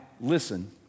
listen